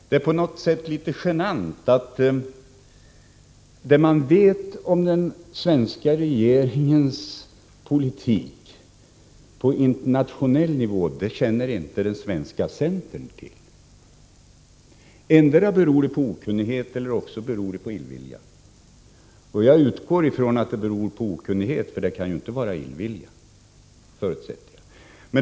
Det är på något sätt genant att det man vet på internationell nivå om den svenska regeringens politik känner inte den svenska centern till. Endera beror det på okunnighet, eller också på illvilja — jag utgår ifrån att det beror på okunnighet.